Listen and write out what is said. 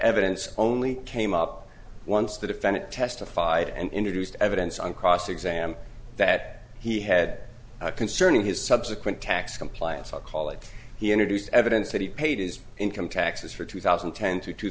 evidence only came up once the defendant testified and introduced evidence on cross exam that he had concerning his subsequent tax compliance all call it he introduced evidence that he paid his income taxes for two thousand and ten to two